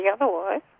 otherwise